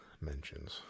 mentions